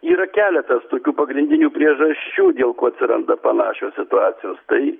yra keletas tokių pagrindinių priežasčių dėl ko atsiranda panašios situacijos tai